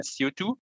CO2